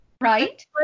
Right